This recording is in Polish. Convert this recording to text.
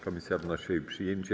Komisja wnosi o jej przyjęcie.